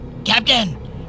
Captain